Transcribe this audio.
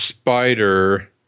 spider